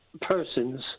persons